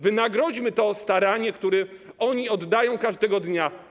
Wynagrodźmy to staranie, które oni oddają każdego dnia.